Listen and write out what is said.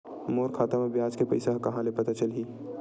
मोर खाता म ब्याज के पईसा ह कहां ले पता चलही?